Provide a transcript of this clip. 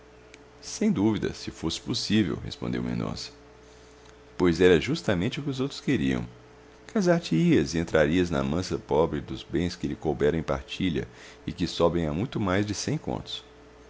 sem dúvida se fosse possível respondeu mendonça pois era justamente o que os outros queriam casar te ias e entrarias na mansa posse dos bens que lhe couberam em partilha e que sobem a muito mais de cem contos